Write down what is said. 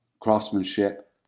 craftsmanship